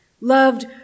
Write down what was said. loved